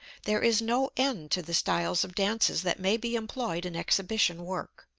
there is no end to the styles of dances that may be employed in exhibition work.